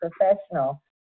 professional